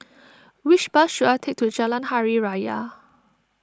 which bus should I take to Jalan Hari Raya